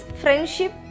friendship